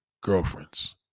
girlfriends